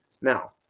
Now